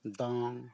ᱫᱚᱝ